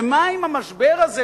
ומה אם המשבר הזה,